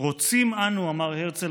"רוצים אנו" אמר הרצל,